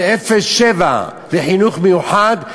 ל-07, לחינוך מיוחד.